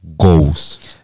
goals